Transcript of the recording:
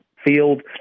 field